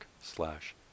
slash